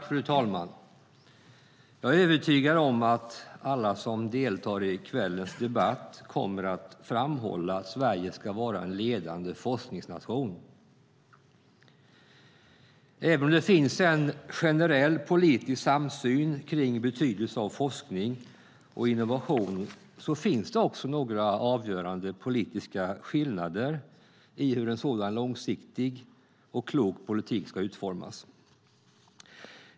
Fru talman! Jag är övertygad om att alla som deltar i kvällens debatt kommer att framhålla att Sverige ska vara en ledande forskningsnation. Även om det finns en generell politisk samsyn kring betydelsen av forskning och innovation så finns det också några avgörande politiska skillnader i hur en sådan långsiktig och klok politik ska utformas.